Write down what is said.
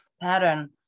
pattern